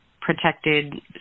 protected